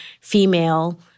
female